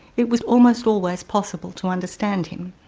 it was almost always possible to understand him.